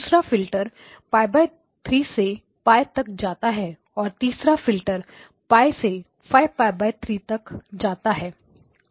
दूसरा फिल्टर π3 से π तक जाता है और तीसरा फिल्टर π से 5π3 जाता है